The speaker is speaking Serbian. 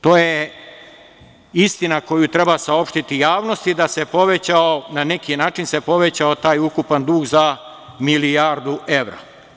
To je istina koju treba saopštiti javnosti, da se povećao na neki način taj ukupan dug za milijardu evra.